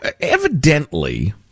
evidently